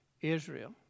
Israel